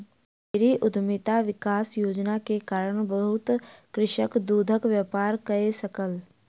dairy उद्यमिता विकास योजना के कारण बहुत कृषक दूधक व्यापार कय सकल